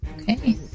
Okay